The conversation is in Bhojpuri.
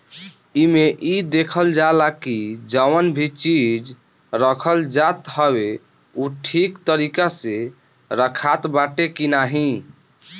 एमे इ देखल जाला की जवन भी चीज रखल जात हवे उ ठीक तरीका से रखात बाटे की नाही